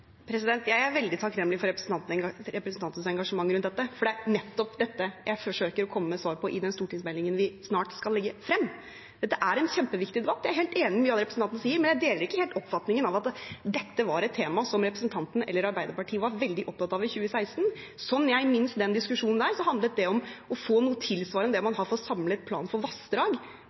Jeg er veldig takknemlig for representantens engasjement rundt dette, for det er nettopp dette jeg forsøker å komme med svar på i den stortingsmeldingen vi snart skal legge frem. Dette er en kjempeviktig debatt. Jeg er helt enig i mye av det representanten sier, men jeg deler ikke helt oppfatningen av at dette var et tema som representanten eller Arbeiderpartiet var veldig opptatt av i 2016. Sånn som jeg minnes den diskusjonen, handlet det om å få noe tilsvarende det man har for Samlet plan for vassdrag,